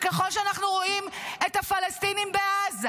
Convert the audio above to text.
ככל שאנחנו רואים את הפלסטינים בעזה